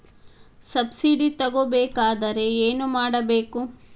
Subsidy ತಗೊಬೇಕಾದರೆ ಏನು ಮಾಡಬೇಕು?